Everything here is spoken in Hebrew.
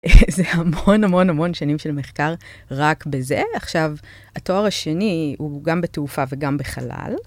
זה המון המון המון שנים של מחקר רק בזה. עכשיו, התואר השני הוא גם בתעופה וגם בחלל.